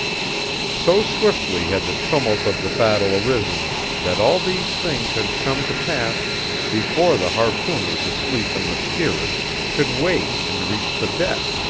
so swiftly had the tumult of the battle arisen that all these things had come to pass before the harpooners asleep in the steerage could wake and reach the deck.